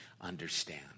understand